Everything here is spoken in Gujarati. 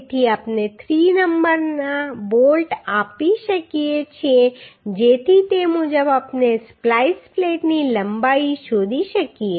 તેથી આપણે 3 નંબરના બોલ્ટ આપી શકીએ છીએ જેથી તે મુજબ આપણે સ્પ્લાઈસ પ્લેટની લંબાઈ શોધી શકીએ